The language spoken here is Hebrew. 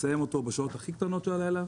מסיים אותו בשעות הכי קטנות של הלילה,